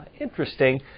interesting